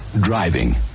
driving